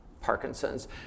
Parkinson's